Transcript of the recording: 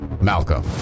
Malcolm